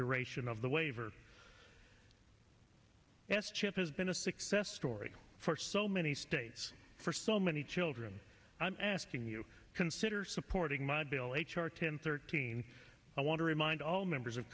duration of the waiver s chip has been a success story for so many states for so many children i'm asking you consider supporting my bill h r ten thirteen i want to remind all members of